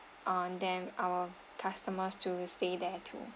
on them our customers to stay there too